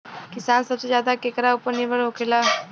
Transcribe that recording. किसान सबसे ज्यादा केकरा ऊपर निर्भर होखेला?